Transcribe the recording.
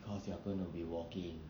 because you are gonna be walking